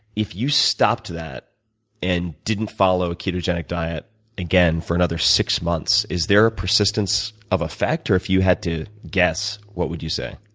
if you stopped that and didn't follow a ketogenic diet again for another six months, is there a persistence of effect, or if you had to guess, what would you say?